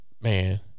Man